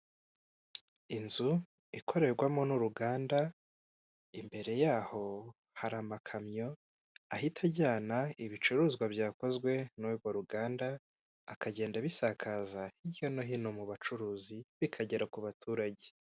Umuhanda munini hirya haparitse imodoka ebyiri n'umumotari uhetse umugenzi ubona ko ari kugenda, hirya hari ibiti byinshi tuziko bidufasha mu kuzana umuyaga, gukurura imvura ntitugire ubutayu.